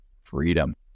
freedom